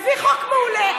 הביא חוק מעולה.